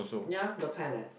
ya the planets